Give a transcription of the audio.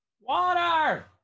Water